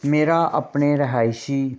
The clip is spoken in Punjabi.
ਮੇਰਾ ਆਪਣੇ ਰਿਹਾਇਸ਼ੀ